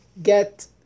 get